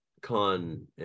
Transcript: Con